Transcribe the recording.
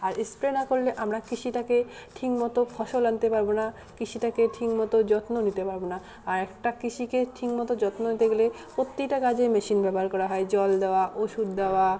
আর spray না করলে আমরা কৃষিটাকে ঠিকমতো ফসল আনতে পারবো না কৃষিটাকে ঠিকমতো যত্ন নিতে পারবো না আর একটা কৃষিকে ঠিকমতো যত্ন নিতে গেলে প্রতিটা কাজে মেশিন ব্যবহার করা হয় জল দেওয়া ওষুধ দেওয়া